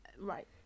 Right